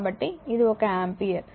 కాబట్టి ఇది ఒక ఆంపియర్